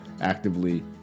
actively